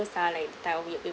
those are like the weird weird